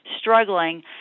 struggling